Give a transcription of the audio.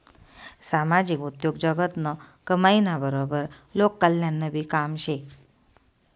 सामाजिक उद्योगजगतनं कमाईना बराबर लोककल्याणनंबी काम शे